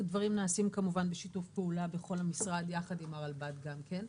הדברים נעשים כמובן בשיתוף פעולה בכל המשרד יחד עם הרלב"ד גם כן,